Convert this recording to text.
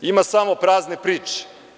Ima samo prazne priče.